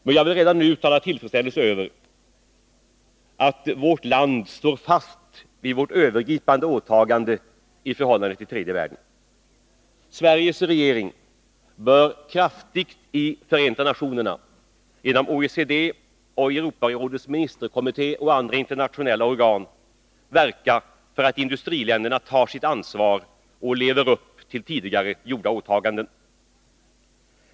Men jag vill redan nu uttala tillfredsställelse över att vårt land står fast vid vårt övergripande åtagande i förhållande till tredje världen. Sveriges regering bör kraftigt i Förenta nationerna, inom OECD, i Europarådets ministerkommit té och i andra internationella organ verka för att industriländerna tar sitt ansvar och lever upp till tidigare gjorda åtaganden.